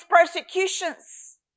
persecutions